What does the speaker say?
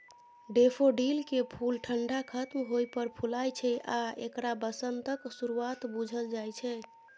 डेफोडिलकेँ फुल ठंढा खत्म होइ पर फुलाय छै आ एकरा बसंतक शुरुआत बुझल जाइ छै